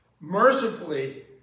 mercifully